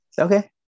Okay